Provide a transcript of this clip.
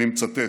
אני מצטט: